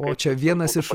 o čia vienas iš